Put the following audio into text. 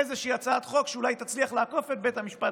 איזושהי הצעת חוק שאולי תצליח לעקוף את בית המשפט